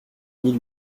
mille